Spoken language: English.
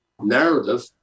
narrative